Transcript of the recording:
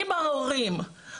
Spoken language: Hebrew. אם ההורים,